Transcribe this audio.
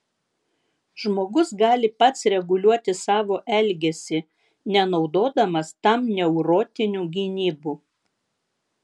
žmogus gali pats reguliuoti savo elgesį nenaudodamas tam neurotinių gynybų